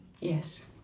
Yes